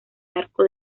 arco